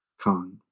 Kong